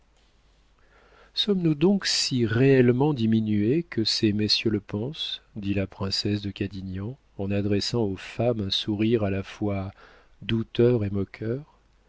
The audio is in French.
sommes-nous donc si réellement diminuées que ces messieurs le pensent dit la princesse de cadignan en adressant aux femmes un sourire à la fois douteur et moqueur